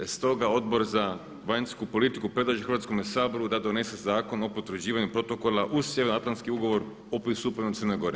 Stoga Odbor za vanjsku politiku predlaže Hrvatskome saboru da donese Zakon o potvrđivanju protokola uz sjevernoatlantski ugovor o pristupanju Crne Gore.